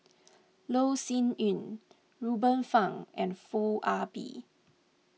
Loh Sin Yun Ruben Fun and Foo Ah Bee